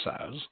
says